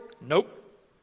Nope